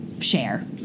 share